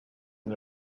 and